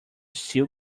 sew